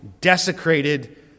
desecrated